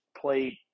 played